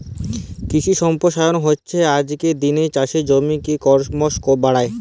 কিশি সম্পরসারল হচ্যে আজকের দিলের চাষের জমিকে করমশ বাড়াল